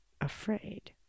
afraid